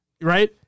Right